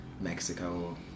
Mexico